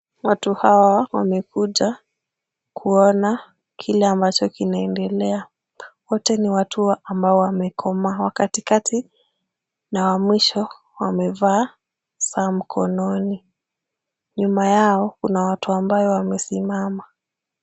Watu hawa wamekuja kuona kile ambacho kinaendelea. Wote ni watu ambao wamekomaa. Kati kati na wa mwisho wamevaa saa mkononi. Nyuma yao kuna watu ambao wamesimama.